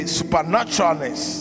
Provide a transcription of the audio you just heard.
supernaturalness